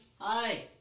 Hi